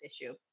issue